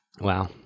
Wow